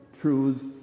truths